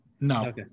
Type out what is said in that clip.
No